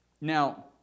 Now